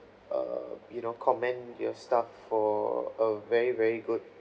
err you know commend your staff for a very very good